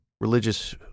religious